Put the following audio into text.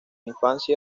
infancia